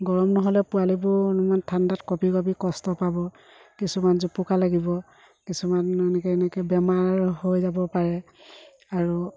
গৰম নহ'লে পোৱালিবোৰ অলমান ঠাণ্ডাত কঁপি কঁপি কষ্ট পাব কিছুমান জোপোকা লাগিব কিছুমান এনেকৈ এনেকৈ বেমাৰ হৈ যাব পাৰে আৰু